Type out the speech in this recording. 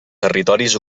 territoris